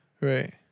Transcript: Right